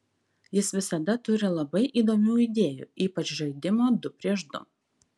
jis visada turi labai įdomių idėjų ypač žaidimo du prieš du